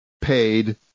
paid